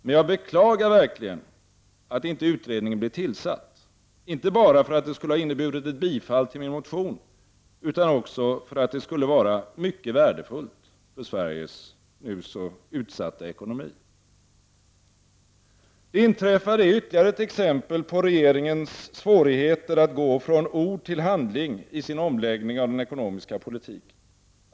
Men jag beklagar verkligen att utredningen inte blev tillsatt — inte bara för att det skulle ha inneburit ett bifall till min motion utan också för att det skulle vara mycket värdefullt för Sveriges nu så utsatta ekonomi. Det inträffade är ytterligare ett exempel på regeringens svårigheter att gå från ord till handling i sin omläggning av den ekonomiska politiken.